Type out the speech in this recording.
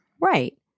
Right